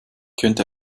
könnte